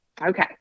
Okay